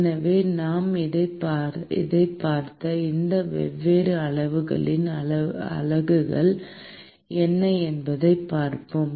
எனவே நாம் பார்த்த இந்த வெவ்வேறு அளவுகளின் அலகுகள் என்ன என்பதைப் பார்ப்போம்